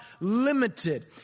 limited